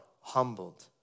humbled